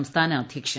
സുംസ്ഥാന അധ്യക്ഷൻ